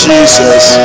Jesus